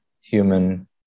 human